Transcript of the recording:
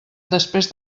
després